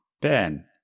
Ben